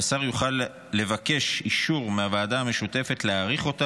והשר יוכל לבקש אישור מהוועדה המשותפת להאריך אותה